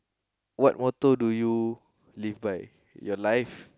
what motto do you live by your life